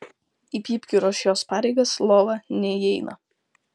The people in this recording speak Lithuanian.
į pypkių ruošėjos pareigas lova neįeina